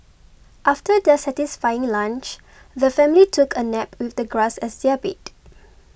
after their satisfying lunch the family took a nap with the grass as their bed